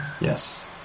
Yes